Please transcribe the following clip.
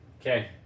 Okay